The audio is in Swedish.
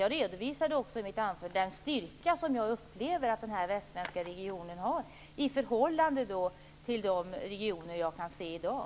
Jag redovisade också i mitt anförande den styrka som jag upplever att den västsvenska regionen har i förhållande till de regioner som jag kan se i dag.